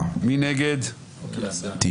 9 נגד,